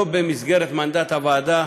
לא במסגרת המנדט של הוועדה,